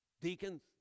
deacons